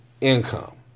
income